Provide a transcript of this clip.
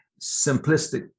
simplistic